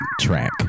track